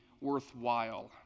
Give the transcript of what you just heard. worthwhile